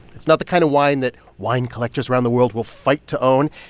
it's not the kind of wine that wine collectors around the world will fight to own.